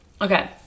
Okay